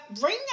bring